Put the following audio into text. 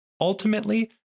Ultimately